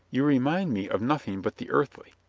you remind me of nothing but the earthly.